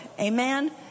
amen